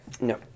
No